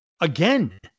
again